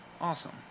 awesome